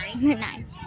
Nine